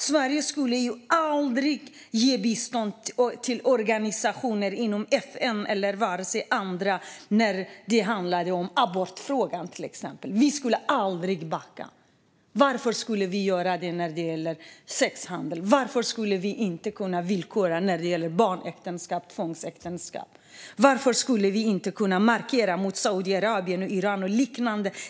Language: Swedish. Sverige skulle aldrig ge bistånd till organisationer inom FN eller andra som arbetar mot abort, till exempel. Vi skulle aldrig backa där. Varför skulle vi göra det när det gäller sexhandel? Varför skulle vi inte kunna villkora när det gäller barnäktenskap och tvångsäktenskap? Varför skulle vi inte kunna markera mot Saudiarabien, Iran och liknande?